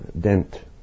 Dent